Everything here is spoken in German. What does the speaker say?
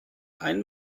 einen